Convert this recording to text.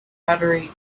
battery